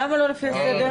למה לא לפי הסדר?